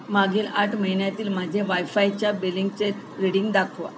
मागील आठ महिन्यातील माझे वायफायच्या बिलिंगचे रीडिंग दाखवा